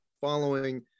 following